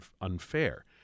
unfair